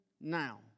now